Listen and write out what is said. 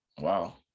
wow